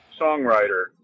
songwriter